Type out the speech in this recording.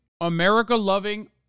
America-loving